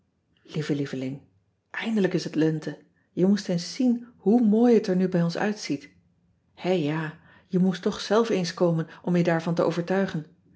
ieve ieveling indelijk is het lente e moest eens zien hoe mooi het er nu bij ons uitziet è ja je moest toch zelf eens komen om je daarvan te overtuigen